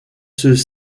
ceux